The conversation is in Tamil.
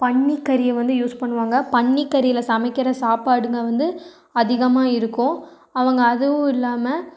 பன்னிக்கறியை வந்து யூஸ் பண்ணுவாங்க பன்னிக்கறியில் சமைக்கிற சாப்பாடுங்க வந்து அதிகமாக இருக்கும் அவங்க அதுவும் இல்லாமல்